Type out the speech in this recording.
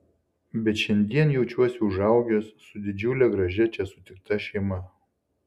bet šiandien jaučiuosi užaugęs su didžiule gražia čia sutikta šeima